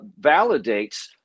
validates